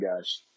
guys